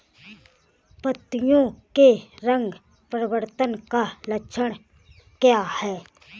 पत्तियों के रंग परिवर्तन का लक्षण क्या है?